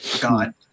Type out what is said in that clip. god